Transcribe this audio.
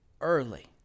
Early